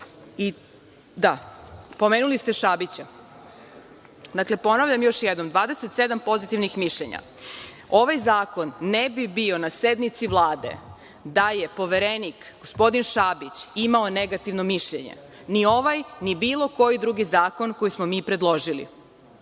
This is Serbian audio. drugo. Pomenuli ste Šabića, ponavljam još jednom, 27 pozitivnih mišljenja. Ovaj zakon ne bi bio na sednici Vlade da je Poverenik, gospodin Šabić, imao negativno mišljenje. Ni ovaj, ni bilo koji drugi zakon koji smo mi predložili.